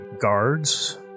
guards